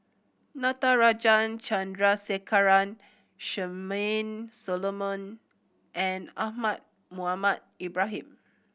Natarajan Chandrasekaran Charmaine Solomon and Ahmad Mohamed Ibrahim